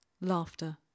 laughter